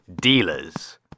dealers